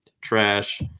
trash